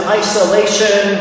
isolation